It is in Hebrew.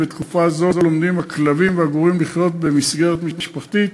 ובתקופה זו לומדים הכלבים והגורים לחיות במסגרת משפחתית